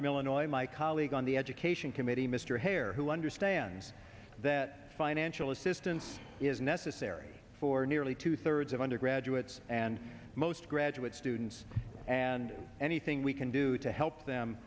from illinois my colleague on the education committee mr hare who understands that financial assistance is necessary for nearly two thirds of undergraduates and most graduate students and anything we can do to help them